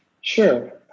Sure